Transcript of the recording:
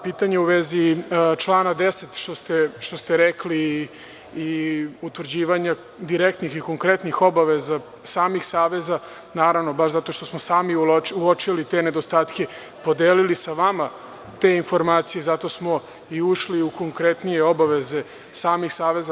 Pitanje u vezi člana 10. i utvrđivanja direktnih i konkretnih obaveza samih saveza, naravno, baš zato što smo sami uočili te nedostatke, podelili sa vama te informacije, zato smo i ušli u konkretnije obaveze samih saveza.